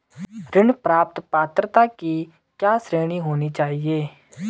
ऋण प्राप्त पात्रता की क्या श्रेणी होनी चाहिए?